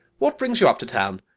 what brings you up to town?